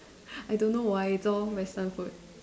I don't know why it's all Western food